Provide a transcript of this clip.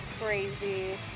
crazy